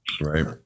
Right